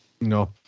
No